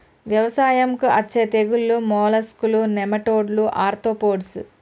వ్యవసాయంకు అచ్చే తెగుల్లు మోలస్కులు, నెమటోడ్లు, ఆర్తోపోడ్స్